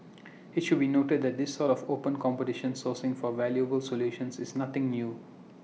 IT should be noted that this sort of open competition sourcing for valuable solutions is nothing new